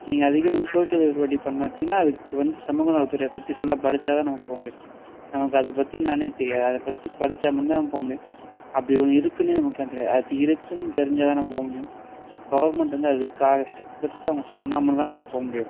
நீங்கள் அதிகம் வந்து சோஷியல் பார்த்தீங்கன்னா அதுக்கு வந்து சமூக நலத்துறையை பற்றி ஃபுல்லாக படிச்சால் தான் நமக்கு போக முடியும் நமக்கு அது பற்றி என்னான்னே தெரியாது அதை பற்றி படிச்சால் மட்டும் தான் நம்ம போக முடியும் அப்படி ஒன்று இருக்குனே நமக்குலாம் தெரியாது அது இருக்குன்னு தெரிஞ்சால் தான் நம்ம போக முடியும் கவர்மெண்ட் வந்து அதுக்காக ஸ்டெப் எடுத்து அவங்க சொன்னால் மட்டும்தான் நம்ம போக முடியும்